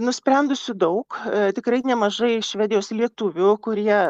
nusprendusių daug tikrai nemažai švedijos lietuvių kurie